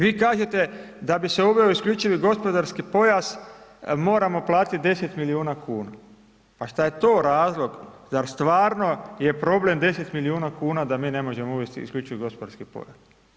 Vi kažete da bi se uveo isključivi gospodarski pojas moramo platiti 10 miliona kuna, pa šta je to razlog, zar stvarno je problem 10 miliona kuna da mi ne možemo uvesti isključivi gospodarski pojas.